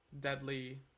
deadly